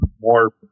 more